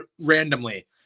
randomly